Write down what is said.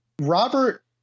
Robert